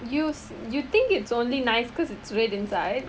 use you think it's only nice because it's red inside